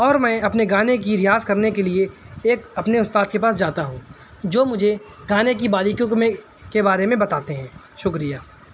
اور میں اپنے گانے کی ریاض کرنے کے لیے ایک اپنے استاد کے پاس جاتا ہوں جو مجھے گانے کی باریکیوں کے میں بارے میں بتاتے ہیں شکریہ